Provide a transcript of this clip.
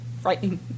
frightening